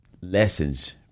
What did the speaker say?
lessons